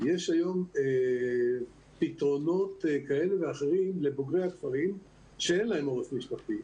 יש היום פתרונות כאלה ואחרים לבוגרי הכפרים שאין להם עורף משפחתי,